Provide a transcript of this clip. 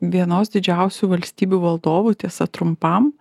vienos didžiausių valstybių valdovu tiesa trumpam